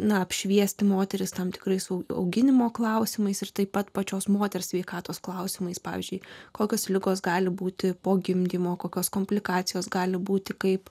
na apšviesti moteris tam tikrais auginimo klausimais ir taip pat pačios moters sveikatos klausimais pavyzdžiui kokios ligos gali būti po gimdymo kokios komplikacijos gali būti kaip